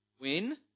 win